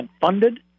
funded